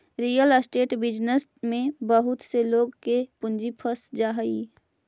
real estate business में बहुत से लोग के पूंजी फंस जा हई